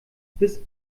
bis